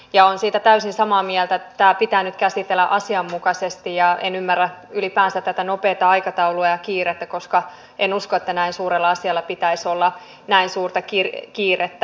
ja olen siitä täysin samaa mieltä että tämä pitää nyt käsitellä asianmukaisesti ja en ymmärrä ylipäänsä tätä nopeaa aikataulua ja kiirettä koska en usko että näin suurella asialla pitäisi olla näin suurta kiirettä